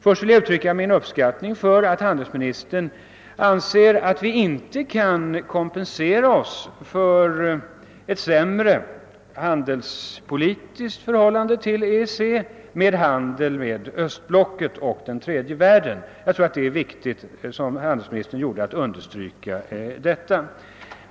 Först vill jag uttrycka min uppskattning av att handelsministern anser att vi inte kan kompensera oss för ett sämre handelspolitiskt förhållande till EEC genom handeln med Östblocket och den tredje världen. Jag tycker det är viktigt att handelsministern understrukit det.